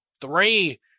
three